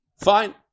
Fine